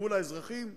מול האזרחים,